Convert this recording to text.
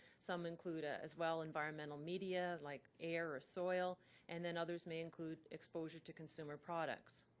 some include ah as well environmental media like air or soil and then others may include exposure to consumer products.